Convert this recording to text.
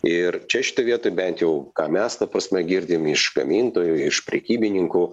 ir čia šitoj vietoj bent jau ką mes ta prasme girdim iš gamintojų iš prekybininkų